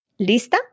¿Lista